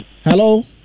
hello